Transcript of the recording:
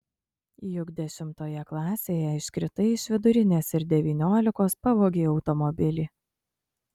juk dešimtoje klasėje iškritai iš vidurinės ir devyniolikos pavogei automobilį